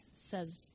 says